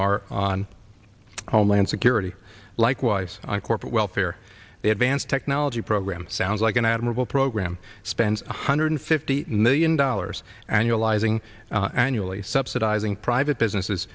are on homeland security likewise i corporate welfare the advanced technology program sounds like an admirable program spends one hundred fifty million dollars annualized annually subsidizing private businesses